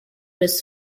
his